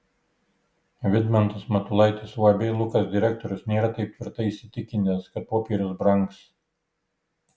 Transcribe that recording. vidmantas matulaitis uab lukas direktorius nėra taip tvirtai įsitikinęs kad popierius brangs